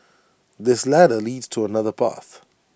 this ladder leads to another path